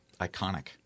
Iconic